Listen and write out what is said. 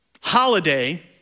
holiday